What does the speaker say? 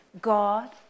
God